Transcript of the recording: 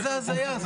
מה זאת ההזייה הזאת?